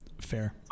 fair